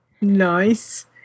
nice